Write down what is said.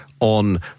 On